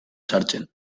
sartzen